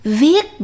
viết